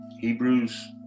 Hebrews